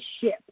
ship